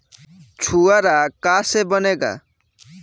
छुआरा का से बनेगा?